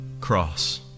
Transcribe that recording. cross